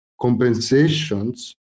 compensations